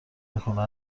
نکنه